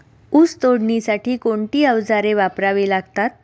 ऊस तोडणीसाठी कोणती अवजारे वापरावी लागतात?